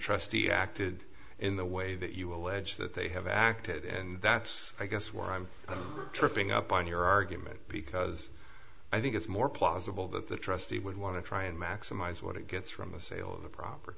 trustee acted in the way that you a wedge that they have acted and that's i guess where i'm tripping up on your argument because i think it's more plausible that the trustee would want to try and maximize what it gets from the sale of the proper